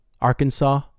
Arkansas